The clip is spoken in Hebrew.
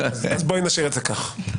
בואי נשאיר את זה כך.